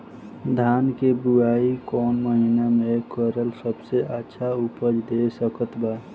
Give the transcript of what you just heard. धान के बुआई कौन महीना मे करल सबसे अच्छा उपज दे सकत बा?